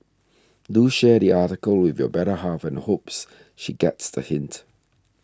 do share the article with your better half and hopes she gets the hint